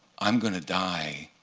i'm going to die,